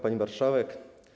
Pani Marszałek!